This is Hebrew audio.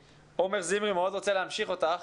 עומר זמרי מאוד רוצה להמשיך את דבריך.